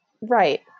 Right